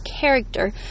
character